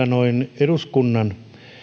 noin eduskunnan